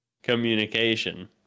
Communication